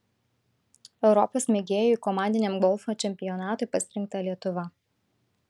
europos mėgėjų komandiniam golfo čempionatui pasirinkta lietuva